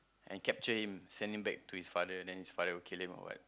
and capture him send him back to his father and then his father will kill him or what